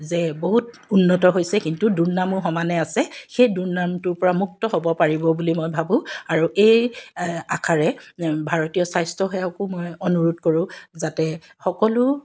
যে বহুত উন্নত হৈছে কিন্তু দুৰ্নামো সমানে আছে সেই দুৰ্নামটোৰ পৰা মুক্ত হ'ব পাৰিব বুলি মই ভাবোঁ আৰু এই আশাৰে ভাৰতীয় স্বাস্থ্যসেৱাকো মই অনুৰোধ কৰোঁ যাতে সকলো